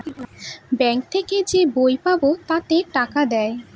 bank থেকে যে বই পাবো তাতে টাকা দেয়